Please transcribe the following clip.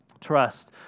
Trust